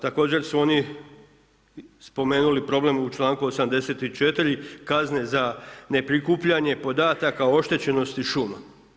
Također su oni spomenuli problem u članku 84. kazne za ne prikupljanje podataka oštećenosti šuma.